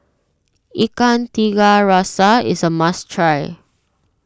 Ikan Tiga Rasa is a must try